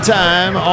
time